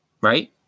right